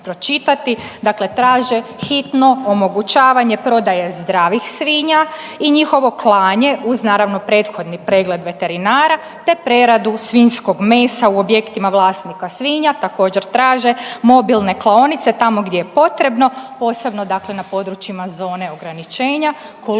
Dakle traže hitno omogućavanje prodaje zdravih svinja i njihovo klanje, uz naravno prethodni pregled veterinara te preradu svinjskog mesa u objektima vlasnika svinja. Također traže mobilne klaonice tamo gdje je potrebno, posebno dakle na područjima zone ograničenja. Koliko